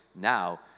now